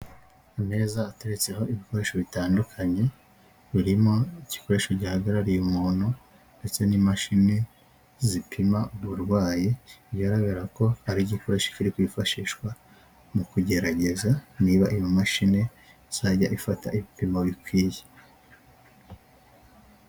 Ameza ateretseho ibikoresho bitandukanye, birimo igikoresho gihagarariye umuntu, ndetse n'imashini zipima uburwayi, bigaragara ko ari igikoresho kiri kwifashishwa mu kugerageza niba iyo mashini izajya ifata ibipimo bikwiye.